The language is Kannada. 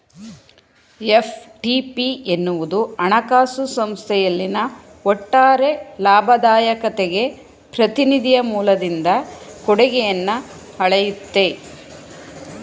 ಎಫ್.ಟಿ.ಪಿ ಎನ್ನುವುದು ಹಣಕಾಸು ಸಂಸ್ಥೆಯಲ್ಲಿನ ಒಟ್ಟಾರೆ ಲಾಭದಾಯಕತೆಗೆ ಪ್ರತಿನಿಧಿಯ ಮೂಲದಿಂದ ಕೊಡುಗೆಯನ್ನ ಅಳೆಯುತ್ತೆ